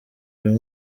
uyu